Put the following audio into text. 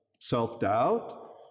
self-doubt